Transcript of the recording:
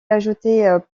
ajoutés